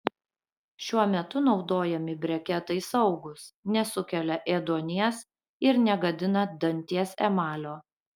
šiuo metu naudojami breketai saugūs nesukelia ėduonies ir negadina danties emalio